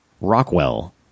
Rockwell